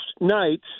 nights